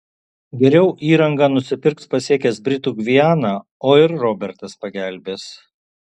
geriau įrangą nusipirks pasiekęs britų gvianą o ir robertas pagelbės